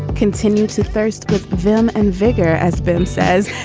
continue to thirst with vim and vigor, as ben says.